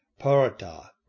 parata